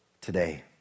today